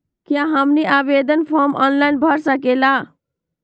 क्या हमनी आवेदन फॉर्म ऑनलाइन भर सकेला?